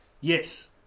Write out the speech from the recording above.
Yes